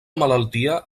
malaltia